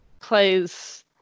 plays